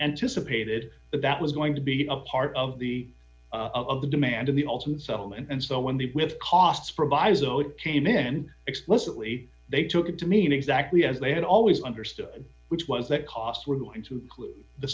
anticipated that that was going to be a part of the of the demand in the ultimate settlement and so when the with costs proviso t man explicitly they took it to mean exactly as they had always understood which was that costs were going to the